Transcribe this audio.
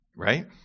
Right